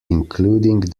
including